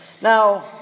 Now